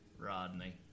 Rodney